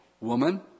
woman